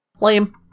lame